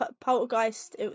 Poltergeist